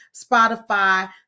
Spotify